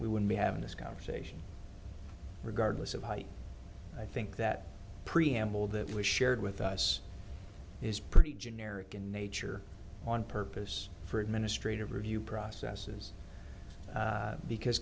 we wouldn't be having this conversation regardless of height i think that preamble that was shared with us is pretty generic in nature on purpose for administrative review processes because